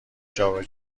جابه